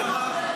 קרעי,